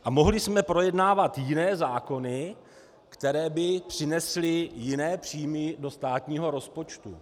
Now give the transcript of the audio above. A mohli jsme projednávat jiné zákony, které by přinesly jiné příjmy do státního rozpočtu.